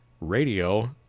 radio